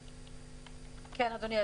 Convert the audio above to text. כן, אדוני.